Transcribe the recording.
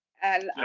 and